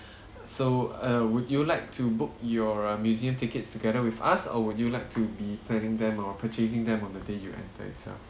uh so uh would you like to book your uh museum tickets together with us or would you like to be turning them or purchasing them on the day you enter itself